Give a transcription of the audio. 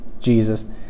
Jesus